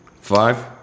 Five